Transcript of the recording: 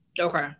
Okay